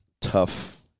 tough